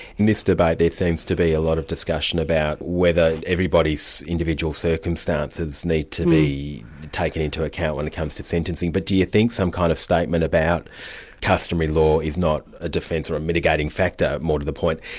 in this debate there seems to be a lot of discussion about whether everybody's individual circumstances need to be taken into account when it comes to sentencing, but do you think some kind of statement about customary law is not a defence or a mitigating factor, more to the point?